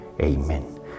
Amen